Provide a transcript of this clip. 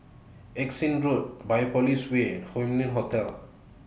Erskine Road Biopolis Way Hotel